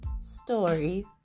stories